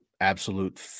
Absolute